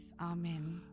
Amen